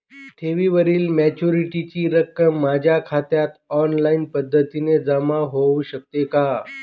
ठेवीवरील मॅच्युरिटीची रक्कम माझ्या खात्यात ऑनलाईन पद्धतीने जमा होऊ शकते का?